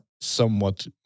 somewhat